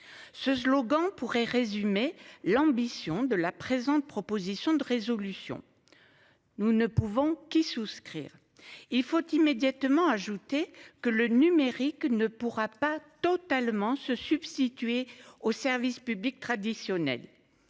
Ce slogan pourrait résumer l'ambition de la présente proposition de résolution. Nous ne pouvons qu'y souscrire. Il faut immédiatement ajouté que le numérique ne pourra pas totalement se substituer au service public traditionnel.